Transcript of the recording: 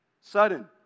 Sudden